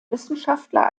wissenschaftler